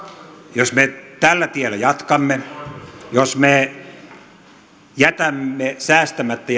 jos me tällä tiellä jatkamme jos me jätämme säästämättä